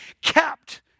kept